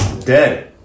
Dead